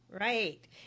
Right